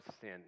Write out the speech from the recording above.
sin